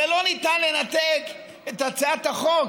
הרי אי-אפשר לנתק את הצעת החוק,